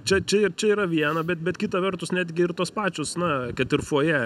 čia čia čia yra viena bet bet kita vertus netgi ir tos pačios na kad ir foje